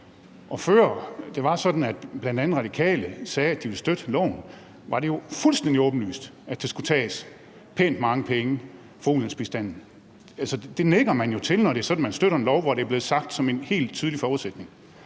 og før det var sådan, at bl.a. Radikale sagde, at de ville støtte loven, var det jo fuldstændig åbenlyst, at der skulle tages pænt mange penge fra udviklingsbistanden. Det nikker man jo til, når det er sådan, at man støtter en lov, hvor det er blevet sagt som en helt tydelig forudsætning.